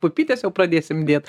pupytes jau pradėsim dėt